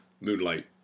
Moonlight